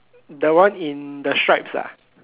that one in the stripes ah